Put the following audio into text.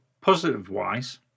positive-wise